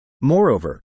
Moreover